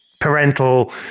parental